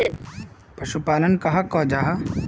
पशुपालन कहाक को जाहा?